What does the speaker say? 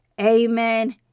Amen